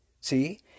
See